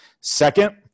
Second